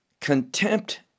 contempt